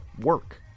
work